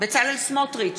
בצלאל סמוטריץ,